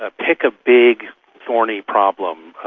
ah pick a big thorny problem,